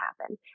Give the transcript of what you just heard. happen